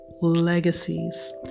legacies